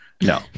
no